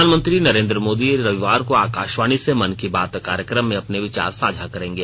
प्रधानमंत्री नरेन्द्र मोदी रविवार को आकाशवाणी से मन की बात कार्यक्रम में अपने विचार साझा करेंगे